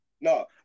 No